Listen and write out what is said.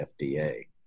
FDA